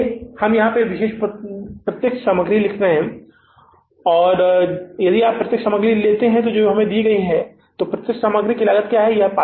इसलिए हम यहां विशेष प्रत्यक्ष सामग्री लिख रहे हैं और यदि आप प्रत्यक्ष सामग्री लागत लेते हैं जो हमें दी जाती है तो प्रत्यक्ष सामग्री लागत क्या है